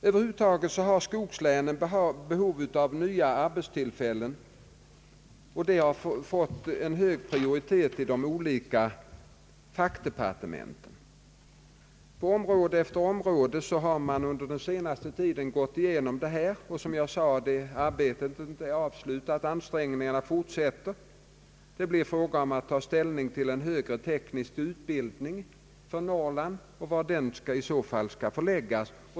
Över huvud taget har skogslänen behov av nya arbetstillfällen, och denna fråga har fått en hög prioritet i de olika fackdepartementen. På område efter område har man under den senaste tiden gått igenom detta. Som jag sade är arbetet härmed inte avslutat. Ansträngningarna fortsätter. Det blir fråga om att ta ställning till en högre teknisk utbildning i Norrland och var den i så fall skall ligga.